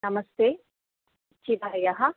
नमस्ते चितायः